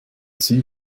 sieg